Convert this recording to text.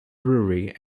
brewery